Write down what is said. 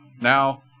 now